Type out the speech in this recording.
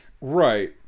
Right